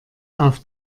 auf